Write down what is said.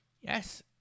Yes